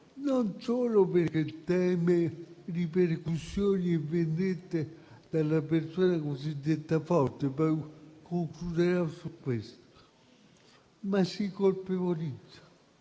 non solo perché teme ripercussioni e vendette da parte della persona cosiddetta forte (concluderò su questo), ma perché si colpevolizza.